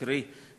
קרי,